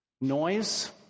Noise